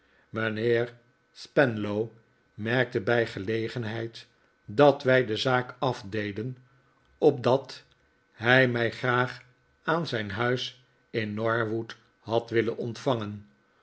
mijnheer spenlow merkte bij gelegenheid dat wij de zaak afdeden op dat hij mij graag aan zijn huis in norwood had willen ontvangen